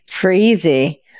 Crazy